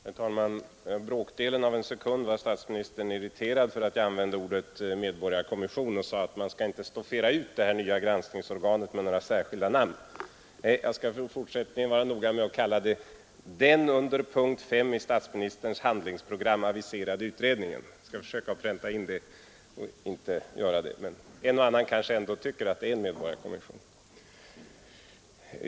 Herr talman! Bråkdelen av en sekund var statsministern irriterad för att jag använde ordet medborgarkommission — han sade att man inte skall stoffera ut det nya granskningsorganet med några särskilda namn. Jag skall i fortsättningen vara noga med att kalla det ”den under punkt 5 i statsministerns handlingsprogram aviserade utredningen”. Jag skall försöka pränta in detta. En och annan kanske ändå tycker att det är en medborgarkommission.